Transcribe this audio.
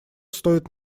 стоит